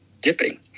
dipping